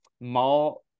mall